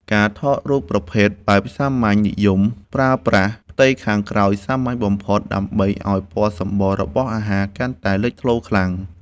ការថតរូបប្រភេទបែបសាមញ្ញនិយម ប្រើប្រាស់ផ្ទៃខាងក្រោយសាមញ្ញបំផុត ដើម្បីឱ្យពណ៌សម្បុររបស់អាហារកាន់តែលេចធ្លោខ្លាំង។